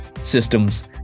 systems